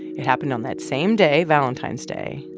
it happened on that same day, valentine's day,